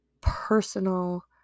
personal